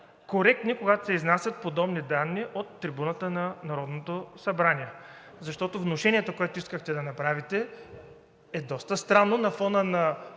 коректни, когато се изнасят подобни данни от трибуната на Народното събрание. Защото внушението, което искахте да направите, е доста странно на фона,